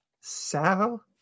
Sal